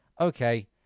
okay